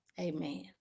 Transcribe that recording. Amen